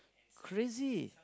crazy